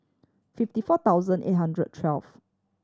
fifty four thousand eight hundred twelve